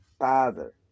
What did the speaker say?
Father